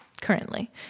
Currently